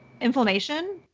inflammation